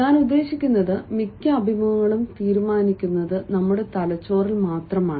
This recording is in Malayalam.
ഞാൻ ഉദ്ദേശിക്കുന്നത് മിക്ക അഭിമുഖങ്ങളും തീരുമാനിക്കുന്നത് നമ്മുടെ തലച്ചോറിൽ മാത്രമാണ്